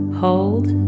hold